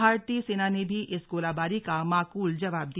भारतीय सेना ने भी इस गोलाबारी का माकूल जवाब दिया